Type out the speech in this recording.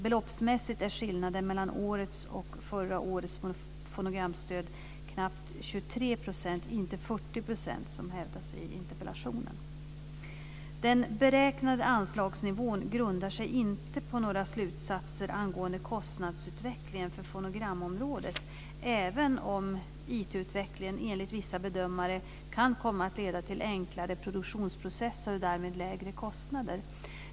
Beloppsmässigt är skillnaden mellan årets och förra årets fonogramstöd knappt 23 %, inte 40 som hävdas i interpellationen. Den beräknade anslagsnivån grundar sig inte på några slutsatser angående kostnadsutvecklingen på fonogramområdet, även om IT-utvecklingen enligt vissa bedömare kan komma att leda till enklare produktionsprocesser och därmed lägre kostnader.